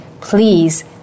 please